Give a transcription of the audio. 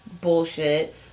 bullshit